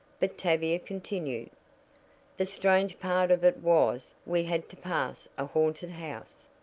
but tavia continued the strange part of it was we had to pass a haunted house.